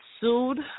sued